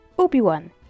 Obi-Wan